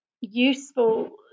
useful